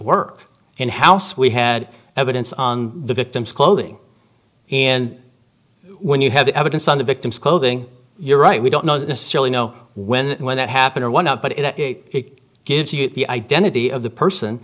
work in house we had evidence on the victim's clothing and when you have the evidence on the victim's clothing you're right we don't know that necessarily know when when that happened or what not but if it gives you the identity of the person